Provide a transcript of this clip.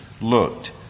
looked